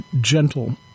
Gentle